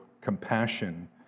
compassion